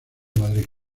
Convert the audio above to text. madrid